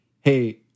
Hey